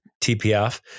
TPF